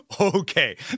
okay